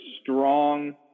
strong